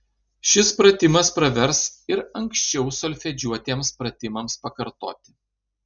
šis pratimas pravers ir anksčiau solfedžiuotiems pratimams pakartoti